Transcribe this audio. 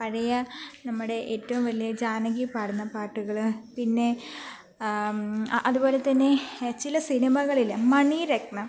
പഴയ നമ്മുടെ ഏറ്റവും വലിയ ജാനകി പാടുന്ന പാട്ടുകൾ പിന്നെ അതുപോലെ തന്നെ ചില സിനിമകളിൽ മണി രത്നം